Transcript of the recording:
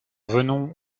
venons